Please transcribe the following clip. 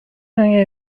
hanging